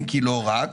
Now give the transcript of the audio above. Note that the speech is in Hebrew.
אם כי לא רק,